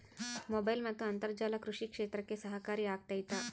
Mobile ಮತ್ತು ಅಂತರ್ಜಾಲ ಕೃಷಿ ಕ್ಷೇತ್ರಕ್ಕೆ ಸಹಕಾರಿ ಆಗ್ತೈತಾ?